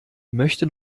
möchte